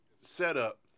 setup